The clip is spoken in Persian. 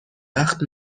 وقت